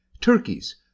Turkeys